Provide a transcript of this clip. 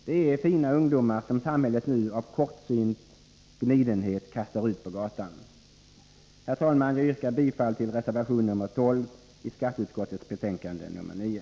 Det är fina ungdomar, som samhället nu av kortsynt gnidenhet kastar ut på gatan. Herr talman! Jag yrkar bifall till reservation nr 12 i skatteutskottets betänkande nr 9.